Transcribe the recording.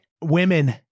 Women